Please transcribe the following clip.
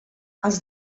els